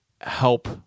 help